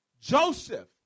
Joseph